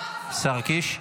השר קיש.